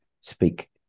speak